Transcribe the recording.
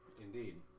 Indeed